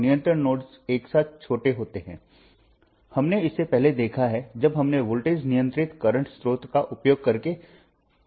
मैं उन सभी मामलों को देखूंगा जिनके लिए हमने नोडल विश्लेषण किया था